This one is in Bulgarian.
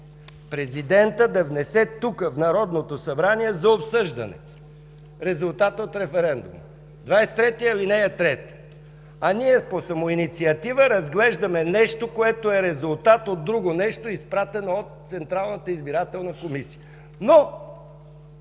президентът да внесе тук, в Народното събрание за обсъждане резултата от референдума – чл. 23, ал. 3! А ние по самоинициатива разглеждаме нещо, което е резултат от друго нещо, изпратено от Централната избирателна комисия. Но,